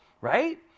right